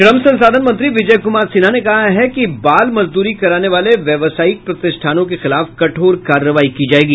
श्रम संसाधन मंत्री विजय कुमार सिन्हा ने कहा है कि बाल मजदूरी कराने वाले व्यावसायिक प्रतिष्ठानों के खिलाफ कठोर कार्रवाई की जायेगी